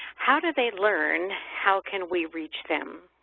how do they learn? how can we reach them?